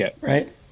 right